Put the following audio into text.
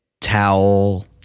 Towel